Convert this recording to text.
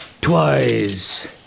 Twice